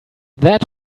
that